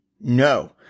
No